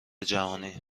جهانی